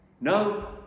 No